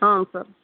ಹಾಂ ಸರ್